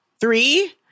three